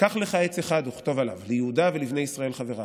קח לך עץ אחד וכתב עליו ליהודה ולבני ישראל חבריו,